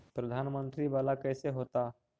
प्रधानमंत्री मंत्री वाला कैसे होता?